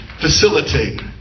facilitate